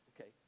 Okay